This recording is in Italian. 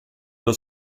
allo